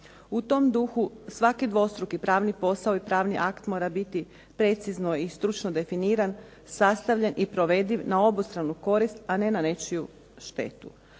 U tom duhu svaki dvostruki pravni posao i pravni akt mora biti precizno i stručno definiran, sastavljen i provediv na obostranu korist a ne na nečiju štetu.